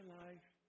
life